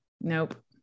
Nope